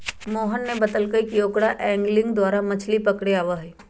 मोहन ने बतल कई कि ओकरा एंगलिंग द्वारा मछ्ली पकड़े आवा हई